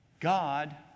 God